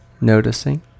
Noticing